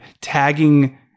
tagging